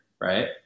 right